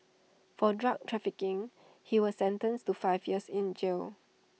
for drug trafficking he was sentenced to five years in jail